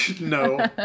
No